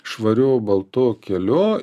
švariu baltu keliu